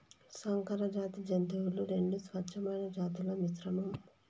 సంకరజాతి జంతువులు రెండు స్వచ్ఛమైన జాతుల మిశ్రమం